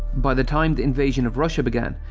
by the time the invasion of russia began,